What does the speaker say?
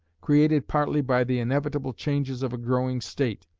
created partly by the inevitable changes of a growing state,